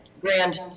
grand